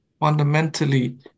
fundamentally